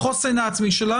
החוסן העצמי שלה,